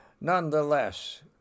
Nonetheless